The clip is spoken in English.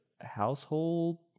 household